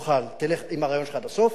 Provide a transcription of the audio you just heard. תלך עם הרעיון שלך עד הסוף,